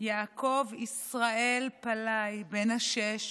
יעקב ישראל פאלי בן השש